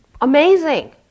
Amazing